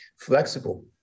flexible